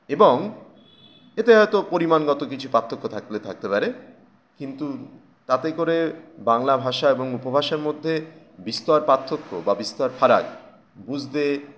এবং এতে হয়তো পরিমাণগত কিছু পার্থক্য থাকলে থাকতে পারে কিন্তু তাতে করে বাংলা ভাষা এবং উপভাষার মধ্যে বিস্তর পার্থক্য বা বিস্তার ফারাক বুঝতে